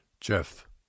Jeff